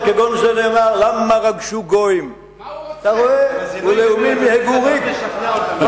על כגון זה נאמר: למה רגשו גויים ולאומים יהגו ריק.